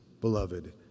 beloved